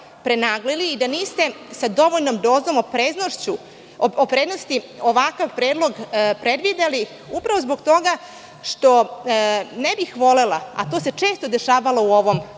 prenaglili i da niste sa dovoljnom dozom opreznosti ovakav predlog predvideli. Upravo zbog toga što ne bih volela, a to se često dešavalo u ovom